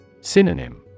Synonym